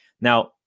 Now